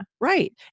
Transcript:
right